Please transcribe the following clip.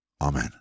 Amen